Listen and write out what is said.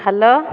hello